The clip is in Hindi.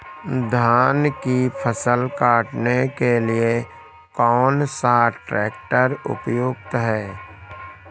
धान की फसल काटने के लिए कौन सा ट्रैक्टर उपयुक्त है?